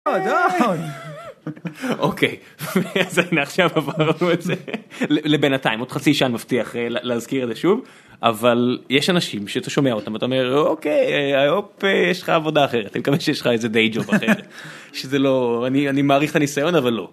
אוקיי אז הנה עכשיו עברנו את זה לבינתיים עוד חצי שעה אני מבטיח להזכיר את זה שוב. אבל יש אנשים שאתה שומע אותם אתה אומר אוקיי איאופ יש לך עבודה אחרת אני מקווה שיש לך איזה דיי-גוב אחר אני מעריך הניסיון אבל לא.